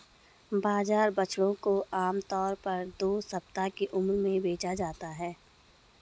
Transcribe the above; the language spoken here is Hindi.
बाजार बछड़ों को आम तौर पर दो सप्ताह की उम्र में बेचा जाता है